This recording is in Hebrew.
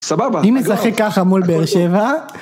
סבבה. היא נשחק ככה מול באר שבע.